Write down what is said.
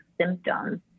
symptoms